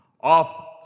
off